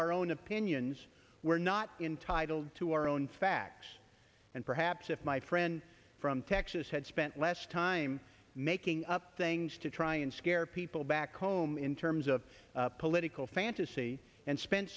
our own opinions we're not entitle to our own facts and perhaps if my friend from texas had spent less time making up things to try and scare people back home in terms of political fantasy and spent